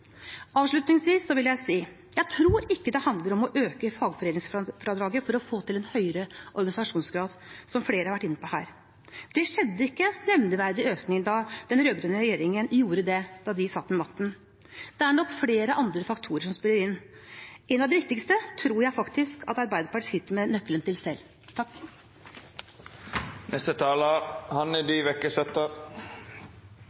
Avslutningsvis vil jeg si at jeg tror ikke det handler om å øke fagforeningsfradraget for å få til en høyere organisasjonsgrad, som flere har vært inne på her. Det skjedde ikke noen nevneverdig økning da den rød-grønne regjeringen gjorde det da de satt med makten. Det er nok flere andre faktorer som spiller inn. En av de viktigste tror jeg faktisk Arbeiderpartiet sitter med nøkkelen til selv.